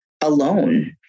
alone